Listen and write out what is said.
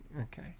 okay